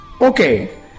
Okay